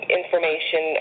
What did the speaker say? information